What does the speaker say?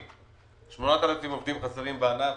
8,000 עובדים חסרים בענף,